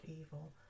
evil